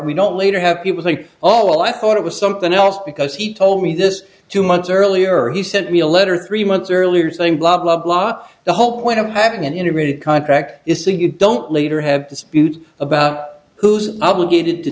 we don't later have people think all i thought it was something else because he told me this two months earlier he sent me a letter three months earlier saying blah blah blah the whole point of having an integrated contract is so you don't later have disputes about who's obligated to